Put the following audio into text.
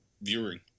viewing